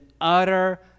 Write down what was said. utter